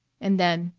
and then,